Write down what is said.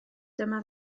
dyma